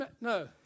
No